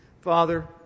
Father